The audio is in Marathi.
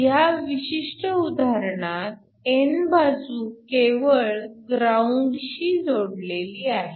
ह्या विशिष्ट उदाहरणात n बाजू केवळ ग्राउंड शी जोडलेली आहे